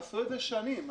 עשו את זה במשך שנים.